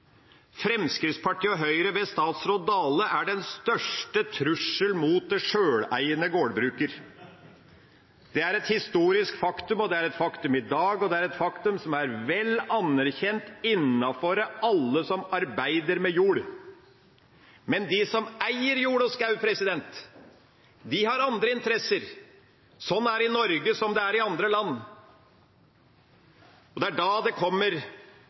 Fremskrittspartiet og Høyre ved statsråd Dale er den største trusselen mot den sjøleiende gårdbrukeren. Det er et historisk faktum. Det er et faktum i dag, og det er et faktum som er vel anerkjent blant alle som arbeider med jord. Men de som eier jord og skog, har andre interesser. Sånn er det i Norge, som det er i andre land, og det er da en kommer til hovedpoenget: Det